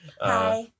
Hi